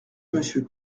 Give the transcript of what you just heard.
monsieur